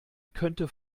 könnte